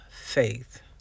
faith